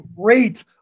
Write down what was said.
great